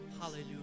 Hallelujah